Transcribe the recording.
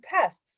pests